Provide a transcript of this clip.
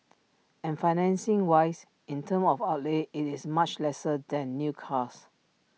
and financing wise in terms of outlay IT is much lesser than new cars